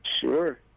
Sure